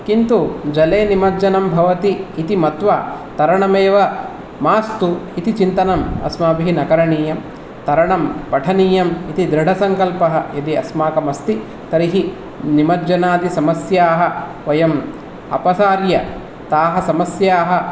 किन्तु जले निमज्जनं भवति इति मत्वा तरणमेव मास्तु इति चिन्तनम् अस्माभिः न करणीयं तरणं पठनीयम् इति दृढसङ्कल्पः यदि अस्माकम् अस्ति तर्हि निमज्जनादि समस्याः वयम् अपसार्य ताः समस्याः